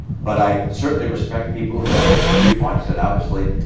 but i certainly respect people who have different viewpoints. and obviously